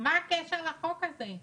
מה הקשר לחוק הזה?